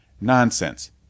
Nonsense